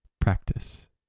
practice